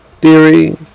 theory